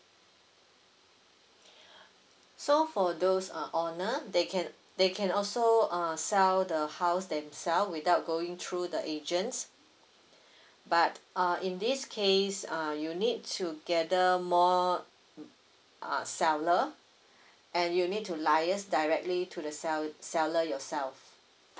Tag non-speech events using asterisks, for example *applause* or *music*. *breath* so for those uh owner they can they can also uh sell the house themselves without going through the agents *breath* but uh in this case uh you need to gather more uh seller *breath* and you need to liaise directly to the sell seller yourself